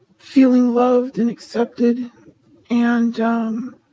feeling loved and accepted and um